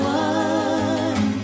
one